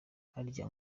harya